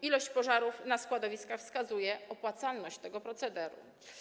Ilość pożarów na składowiskach wskazuje na opłacalność tego procederu.